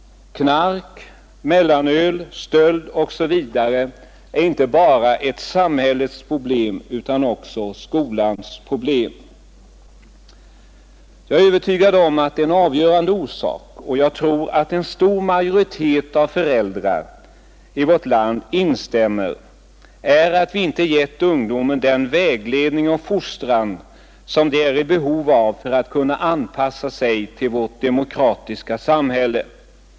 Knark, mellanöl, stöld etc. är inte bara samhällets problem utan också skolans. Jag är övertygad om att en avgörande orsak — och jag tror att en stor majoritet av föräldrarna i vårt land instämmer häri — är att vi inte har givit ungdomarna den vägledning och fostran som de är i behov av för att kunna anpassa sig till vårt demokratiska samhälle.